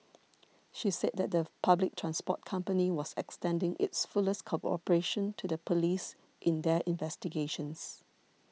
she said that the public transport company was extending its fullest cooperation to the police in their investigations